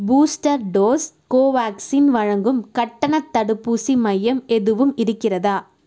booster dose Covaxin வழங்கும் கட்டணத் தடுப்பூசி மையம் எதுவும் இருக்கிறதா